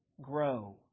grow